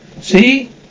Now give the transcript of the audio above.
See